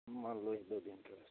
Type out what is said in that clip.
मान लो एक दो दिन के